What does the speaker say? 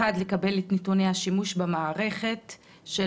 1. לקבל את נתוני השימוש במערכת של